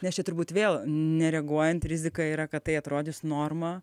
nes čia turbūt vėl nereaguojant rizika yra kad tai atrodys norma